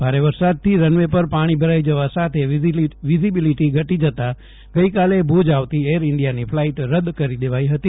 ભારે વરસાદથી રનવે પર પાણી ભરાઇ જવા સાથે વિઝીબીલીટી ઘટી જતાં ગઈકાલે ભુજ આવતી એર ઇન્ડિયાની ફલાઇટ રદ્દ કરી દેવાઇ ફતી